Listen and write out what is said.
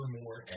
more